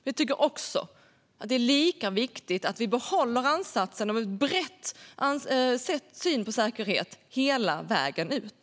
Vi tycker att det är lika viktigt att vi behåller ansatsen om en bred syn på säkerhet hela vägen ut.